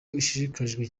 ishishikajwe